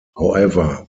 however